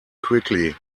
quickly